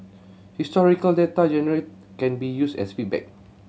historical data generated can be used as feedback